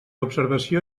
observació